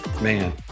Man